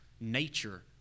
Nature